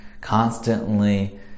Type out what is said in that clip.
constantly